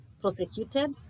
prosecuted